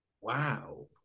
Wow